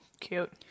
Cute